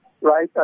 right